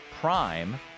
prime